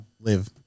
live